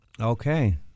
Okay